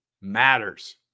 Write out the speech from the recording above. matters